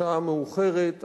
השעה מאוחרת,